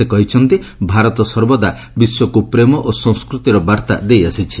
ସେ କହିଛନ୍ତି ଭାରତ ସର୍ବଦା ବିଶ୍ୱକୁ ପ୍ରେମ ଓ ସଂସ୍କୃତିର ବାର୍ତ୍ତା ଦେଇ ଆସିଛି